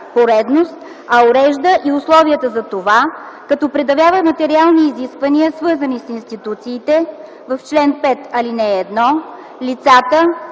поредност, а урежда и условията за това, като предявява материални изисквания, свързани с институциите – в чл. 5, ал. 1, лицата